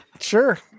sure